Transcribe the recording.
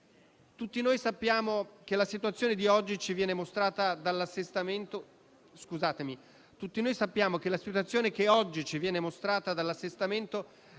Tutti noi sappiamo che la situazione che oggi ci viene mostrata dall'assestamento